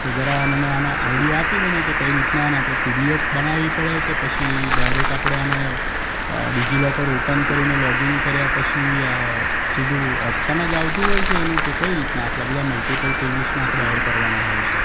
તો જરા મને આના આઈડિયા આપી દેને કે કઈ રીતના અને આપણે પીડીએફ બનાવી પડે કે પછી ડાયરેક આપણે આને ડિજીલોકર ઓપન કરીને લૉગિન કર્યા પછી સીધુ ઓપ્શન જ આવતું હોય છે એનું કે કઈ રીતના આટલા બધા મલ્ટિપલ પેજિસને આપણે એડ કરવાના હોય છે